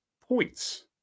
points